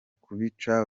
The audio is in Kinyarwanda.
kubica